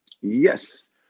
Yes